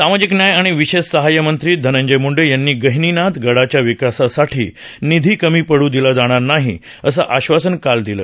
सामाजिक न्याय आणि विशेष सहाय्य मंत्री धनंजय मुंडे यांनी गहिनीनाथ गडाच्या विकासासाठी निधी कमी पडू दिला जाणार नाही असं आश्वासन काल दिलं